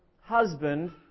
husband